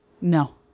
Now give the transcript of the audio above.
no